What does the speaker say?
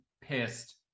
pissed